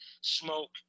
smoke